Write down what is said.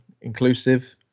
inclusive